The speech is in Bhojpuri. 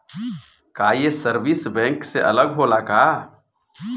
का ये सर्विस बैंक से अलग होला का?